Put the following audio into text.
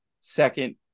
Second